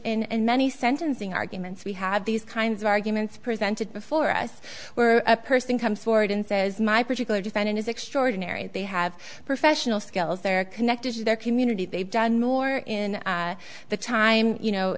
in and many sentencing arguments we have these kinds of arguments presented before us where a person comes forward and says my particular defendant is extraordinary they have professional skills they're connected to their community they've done more in the time you know